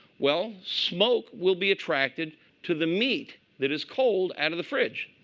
well, smoke will be attracted to the meat that is cold out of the fridge.